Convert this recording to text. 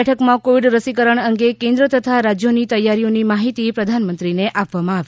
બેઠકમાં કોવિડ રસીકરણ અંગે કેન્દ્ર તથા રાજ્યોની તૈયારીઓની માહિતી પ્રધાનમંત્રીને આપવામાં આવી